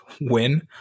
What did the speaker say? win